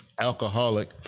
Alcoholic